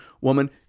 woman